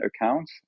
account